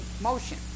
motion